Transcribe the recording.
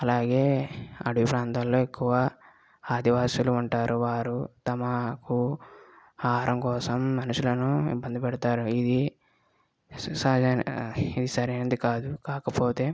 అలాగే అడవి ప్రాంతాలలో ఎక్కువ ఆదివాసులు ఉంటారు వారు తమకు ఆహరం కోసం మనుషులను ఇబ్బంది పెడతారు ఇది సరైన సరైనది కాదు కాకపోతే